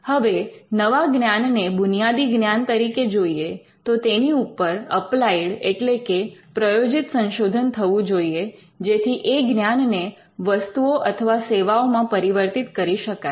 હવે નવા જ્ઞાનને બુનિયાદી જ્ઞાન તરીકે જોઈએ તો તેની ઉપર અપ્લાઈડ એટલે કે પ્રયોજિત સંશોધન થવું જોઈએ જેથી એ જ્ઞાનને વસ્તુઓ અથવા સેવાઓમાં પરિવર્તિત કરી શકાય